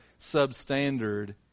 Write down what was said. substandard